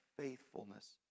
faithfulness